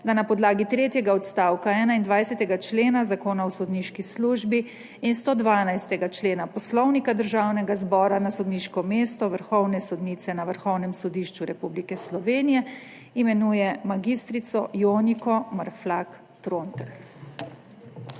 da na podlagi tretjega odstavka 21. člena Zakona o sodniški službi in 112. člena Poslovnika Državnega zbora na sodniško mesto vrhovne sodnice na Vrhovnem sodišču Republike Slovenije imenuje mag. Joniko Marflak Trontelj.